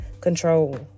control